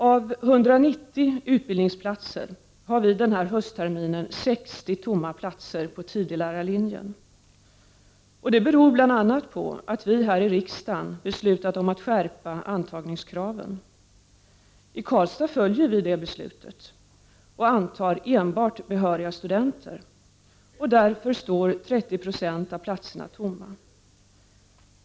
Av 190 utbildningsplatser har vi den här höstterminen 60 tomma platser på tidig-lärarlinjen. Det beror bl.a. på att vi här i riksdagen beslutat skärpa antagningskraven. I Karlstad följer vi det beslutet och antar enbart behöriga studenter. Därför står 30 96 av platserna tomma.